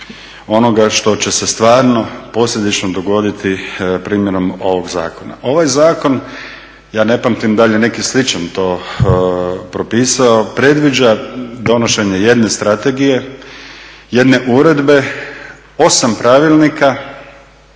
onoga što će se stvarno posljedično dogoditi primjenom ovog zakona. Ovaj zakon ja ne pamtim dalje neki sličan to propisao predviđa donošenje jedne strategije, jedne uredbe, 8 pravilnika